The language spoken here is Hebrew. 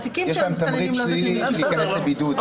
יש להם תמריץ שלילי להיכנס לבידוד.